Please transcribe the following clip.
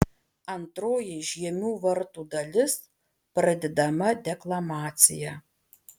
antroji žiemių vartų dalis pradedama deklamacija